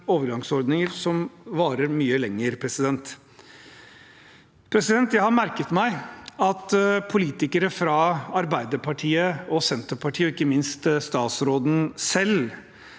overgangsordninger som varer mye lenger. Jeg har merket meg at politikere fra Arbeiderpartiet og Senterpartiet, og ikke minst statsråden selv,